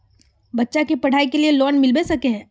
बच्चा के पढाई के लिए लोन मिलबे सके है?